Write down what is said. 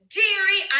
dairy